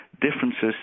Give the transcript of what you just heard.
differences